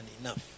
enough